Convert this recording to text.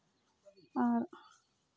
ᱟᱨ